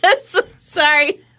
Sorry